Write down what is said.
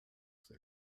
sehr